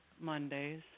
Mondays